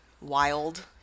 wild